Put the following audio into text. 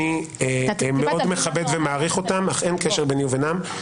אני מכבד ומעריך אותם אך אין קשר ביני וביניהם.